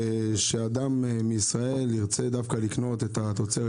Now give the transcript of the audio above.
כשאדם מישראל ירצה דווקא לקנות את התוצרת